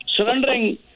Surrendering